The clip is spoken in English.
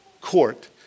court